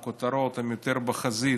בכותרות, יותר בחזית.